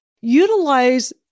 utilize